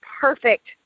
perfect